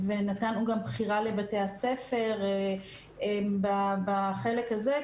ונתנו גם בחירה לבתי הספר בחלק הזה,